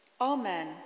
Amen